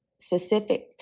specific